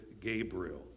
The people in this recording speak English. gabriel